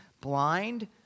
blind